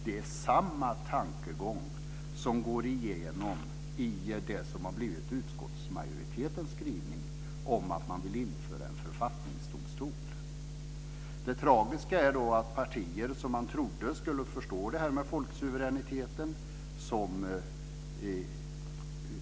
Det är samma tankegång som går igenom i det som har blivit utskottsmajoritetens skrivning om att införa en författningsdomstol. Det tragiska är att partier som man trodde skulle förstå folksuveräniteten - t.ex.